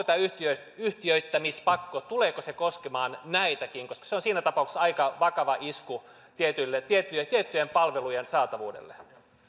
tämä yhtiöittämispakko koskemaan näitäkin se on siinä tapauksessa aika vakava isku tiettyjen tiettyjen palvelujen saatavuudelle